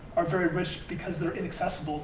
are very rich because they're inaccessible